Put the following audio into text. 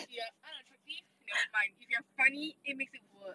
you are unattractive nevermind if you are funny it makes it worse